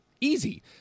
easy